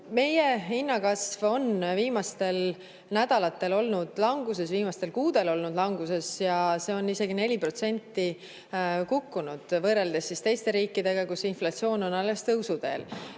Meie hinnakasv on viimastel nädalatel olnud languses, viimastel kuudel olnud languses, see on isegi 4% kukkunud võrreldes teiste riikidega, kus inflatsioon on alles tõusuteel.